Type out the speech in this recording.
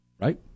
Right